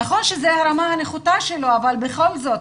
נכון שזה הרמה הנחותה שלו, ולכן